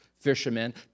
fishermen